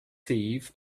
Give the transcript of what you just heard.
thief